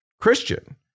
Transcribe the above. Christian